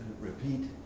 repeat